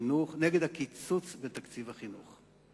נגד הקיצוץ בתקציב החינוך.